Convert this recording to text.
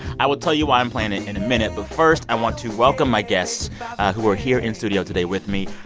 i will tell you why i'm playing it in a minute. but first i want to welcome my guests who are here in studio today with me.